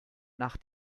nach